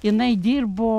jinai dirbo